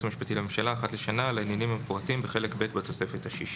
המשפטי לממשלה אחת לשנה על העניינים הפורטים בחלק ב' בתוספת השישית".